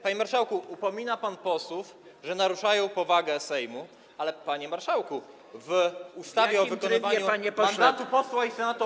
Panie marszałku, upomina pan posłów, że naruszają powagę Sejmu, ale panie marszałku, w ustawie o wykonywaniu mandatu posła i senatora.